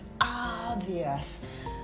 obvious